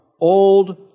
old